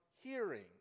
hearing